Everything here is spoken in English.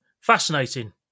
Fascinating